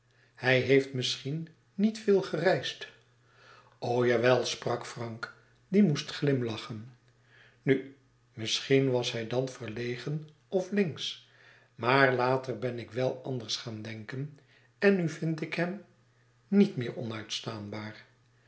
hij heeft misschien niet veel gereisd o ja wel sprak frank die moest glimlachen nu misschien was hij dan verlegen of linksch maar later ben ik wel anders gaan denken en nu vind ik hem niet meer onuitstaanbaar